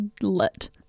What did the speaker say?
lit